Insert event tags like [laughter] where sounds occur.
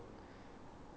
[noise]